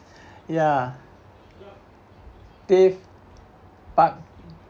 ya three part